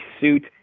suit